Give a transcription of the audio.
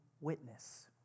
witness